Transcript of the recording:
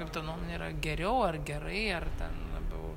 kaip tavo nuomone yra geriau ar gerai ar ten labiau